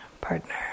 partner